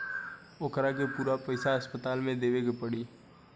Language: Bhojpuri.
ओकरा के पूरा पईसा अस्पताल के देवे के पड़ी